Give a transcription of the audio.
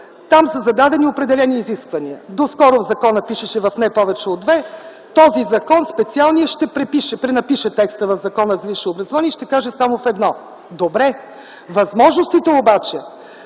там са зададени определени изисквания. Доскоро в закона пишеше: „в не повече от две”. Този закон, специалният, ще пренапише текста в Закона за висшето образование и ще каже: „само в едно”. Добре! Възможностите обаче